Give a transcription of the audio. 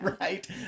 right